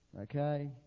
okay